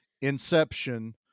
Inception